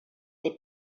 they